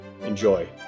Enjoy